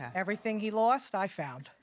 everything he lost, i found.